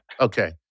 Okay